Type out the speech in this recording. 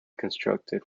constructed